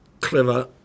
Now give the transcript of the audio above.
clever